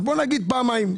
אז נאמר פעמיים.